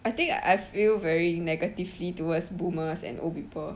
I think I I feel very negatively towards boomers and old people